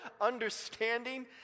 understanding